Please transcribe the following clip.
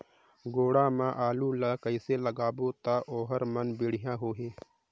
गोडा मा आलू ला कइसे लगाबो ता ओहार मान बेडिया होही?